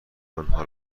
آنها